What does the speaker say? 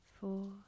four